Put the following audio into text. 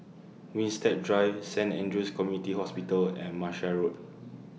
Winstedt Drive Saint Andrew's Community Hospital and Martia Road